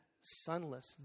sunless